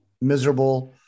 miserable